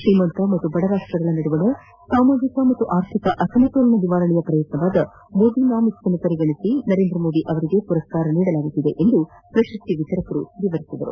ಶ್ರೀಮಂತ ಮತ್ತು ಬಡ ರಾಷ್ನಗಳ ನಡುವಣ ಸಾಮಾಜಿಕ ಹಾಗೂ ಆರ್ಥಿಕ ಅಸಮತೋಲನ ನಿವಾರಣೆಯ ಪ್ರಯತ್ನವಾದ ಮೋದಿನಾಮಿಕ್ಸ್ ಅನ್ನು ಪರಿಗಣಿಸಿ ನರೇಂದ್ರ ಮೋದಿ ಅವರಿಗೆ ಈ ಪುರಸ್ಕಾರವನ್ನು ನೀಡಲಾಗುತ್ತಿದೆ ಎಂದು ಪ್ರಶಸ್ತಿ ವಿತರಕರು ವಿವರಿಸಿದರು